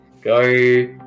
Go